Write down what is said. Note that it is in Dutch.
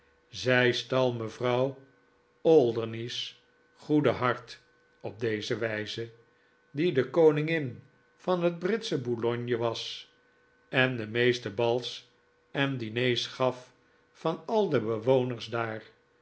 zij stal mevrouw alderney's goede hart op deze wijze die de koningin van het britsch boulogne was en de meeste bals en diners gaf van al de bewoners daar